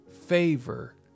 favor